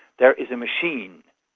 there is a machine,